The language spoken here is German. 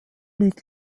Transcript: liegt